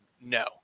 No